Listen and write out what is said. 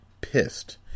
pissed